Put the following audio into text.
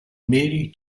mary